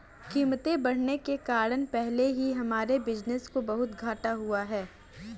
कीमतें बढ़ने के कारण पहले ही हमारे बिज़नेस को बहुत घाटा हुआ है